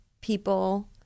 people